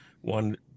one